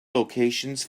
locations